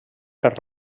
per